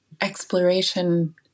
exploration